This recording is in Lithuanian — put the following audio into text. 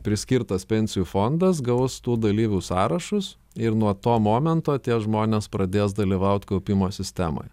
priskirtas pensijų fondas gaus tų dalyvių sąrašus ir nuo to momento tie žmonės pradės dalyvaut kaupimo sistemoj